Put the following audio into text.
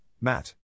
Matt